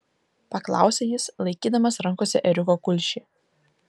paklausė jis laikydamas rankose ėriuko kulšį